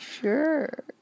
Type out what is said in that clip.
Sure